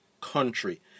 country